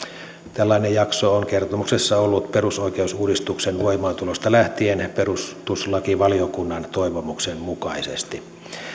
tällainen jakso on kertomuksessa ollut perusoikeusuudistuksen voimaantulosta lähtien perustuslakivaliokunnan toivomuksen mukaisesti